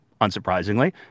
Unsurprisingly